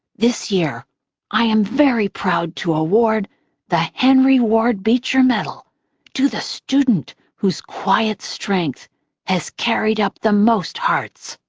this year i am very proud to award the henry ward beecher medal to the student whose quiet strength has carried up the most hearts.